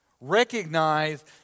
recognize